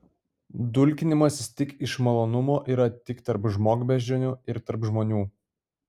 dulkinimasis tik iš malonumo yra tik tarp žmogbeždžionių ir tarp žmonių